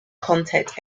content